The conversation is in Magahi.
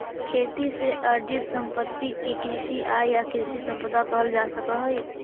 खेती से अर्जित सम्पत्ति के कृषि आय या कृषि सम्पदा कहल जा सकऽ हई